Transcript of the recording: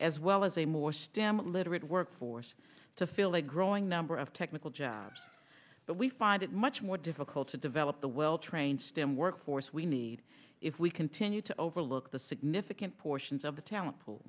as well as a more stamina literate workforce to fill a growing number of technical jobs but we find it much more difficult to develop the well trained stem workforce we need if we continue to overlook the significant portions of the talent pool